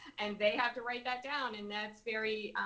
and they have to write that down. and that's very,